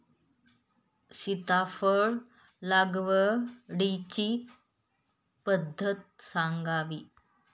सीताफळ लागवडीची पद्धत सांगावी?